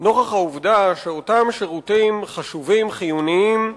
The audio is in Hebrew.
נוכח העובדה שאותם שירותים חשובים, חיוניים,